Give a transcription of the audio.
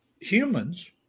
humans